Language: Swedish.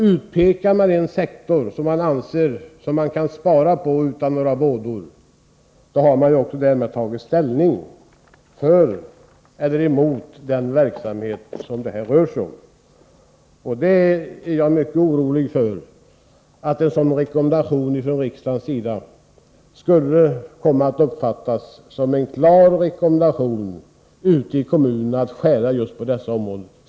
Utpekar man en sektor och säger att man där kan spara utan några vådor, har man därmed även tagit ställning för eller emot den verksamhet som det där rör sig om. Jag är mycket orolig för att ett sådant uttalande från riksdagens sida skulle komma att uppfattas såsom en klar rekommendation till kommunerna att skära ned på just dessa områden.